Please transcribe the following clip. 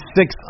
six